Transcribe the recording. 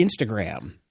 Instagram